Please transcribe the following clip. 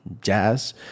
jazz